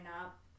up